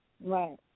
Right